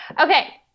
Okay